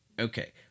Okay